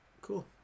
Cool